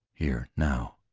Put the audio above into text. here now!